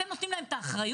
אתם נותנים להם את האחריות,